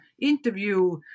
interview